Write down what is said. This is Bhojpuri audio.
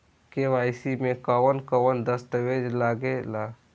के.वाइ.सी में कवन कवन दस्तावेज लागे ला?